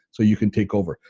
so you can take over.